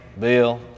Bill